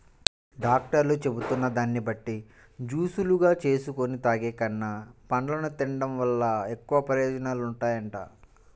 డాక్టర్లు చెబుతున్న దాన్ని బట్టి జూసులుగా జేసుకొని తాగేకన్నా, పండ్లను తిన్డం వల్ల ఎక్కువ ప్రయోజనాలుంటాయంట